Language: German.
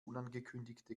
unangekündigte